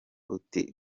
uti